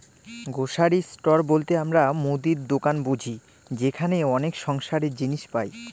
grocery store বলতে আমরা মুদির দোকান বুঝি যেখানে অনেক সংসারের জিনিস পাই